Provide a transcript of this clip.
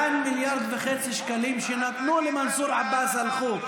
תקשיב לאן 1.5 מיליארד שנתנו למנסור עבאס הלכו.